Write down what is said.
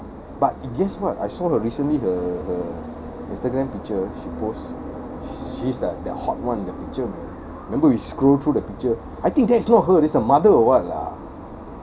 ya but guess what I saw her recently the the instagram picture she post she's like that hot one the picture man remember we scrolled through the picture I think that's not her that's the mother or what lah